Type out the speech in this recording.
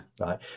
right